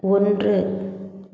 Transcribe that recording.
ஒன்று